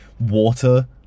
water